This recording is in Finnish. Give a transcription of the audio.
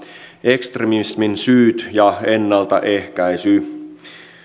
ekstremismin syyt ja ennaltaehkäisy